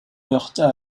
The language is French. heurta